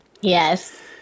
yes